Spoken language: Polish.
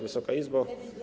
Wysoka Izbo!